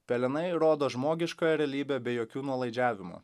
pelenai rodo žmogiškąją realybę be jokių nuolaidžiavimų